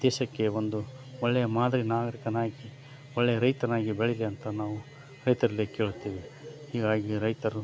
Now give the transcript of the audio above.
ದೇಶಕ್ಕೆ ಒಂದು ಒಳ್ಳೆಯ ಮಾದರಿ ನಾಗರೀಕನಾಗಿ ಒಳ್ಳೆಯ ರೈತನಾಗಿ ಬೆಳೀಲಿ ಅಂತ ನಾವು ರೈತರಲ್ಲಿ ಕೇಳ್ತೀವಿ ಹೀಗಾಗಿ ರೈತರು